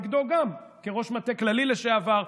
נגדו גם כראש המטה הכללי לשעבר,